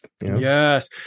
Yes